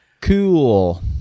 Cool